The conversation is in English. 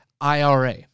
IRA